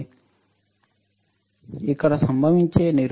ఇక్కడ సంభవించే నిరోధకత RB1 మరియు RB2